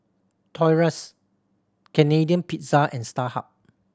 Toy Us Canadian Pizza and Starhub